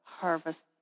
harvest